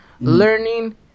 Learning